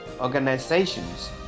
organizations